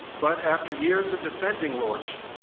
but, after years of defending lorch,